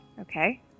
Okay